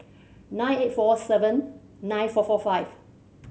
nine eight four seven nine four four five